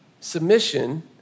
Submission